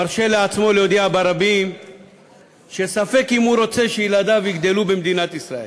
מרשה לעצמו להודיע ברבים שספק אם הוא רוצה שילדיו יגדלו במדינת ישראל.